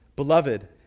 Beloved